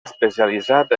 especialitzat